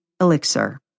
elixir